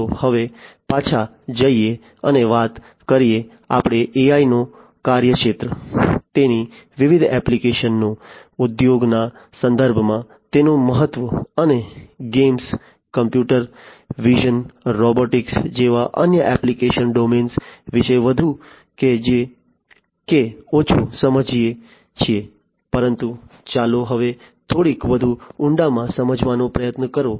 ચાલો હવે પાછા જઈએ અને વાત કરીએ આપણે AI નો કાર્યક્ષેત્ર તેની વિવિધ એપ્લિકેશનો ઉદ્યોગોના સંદર્ભમાં તેનું મહત્વ અને ગેમ્સ કમ્પ્યુટર વિઝન રોબોટિક્સ જેવા અન્ય એપ્લિકેશન ડોમેન્સ વિશે વધુ કે ઓછું સમજીએ છીએ પરંતુ ચાલો હવે થોડી વધુ ઊંડાણમાં સમજવાનો પ્રયત્ન કરો